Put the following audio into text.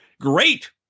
great